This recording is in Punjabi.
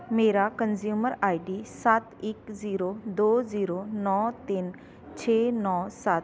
ਮੇਰਾ ਕੰਨਿਜਿਊਮਰ ਆਈ ਡੀ ਸੱਤ ਇੱਕ ਜੀਰੋ ਦੋ ਜੀਰੋ ਨੌਂ ਤਿੰਨ ਛੇ ਨੌਂ ਸੱਤ